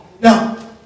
Now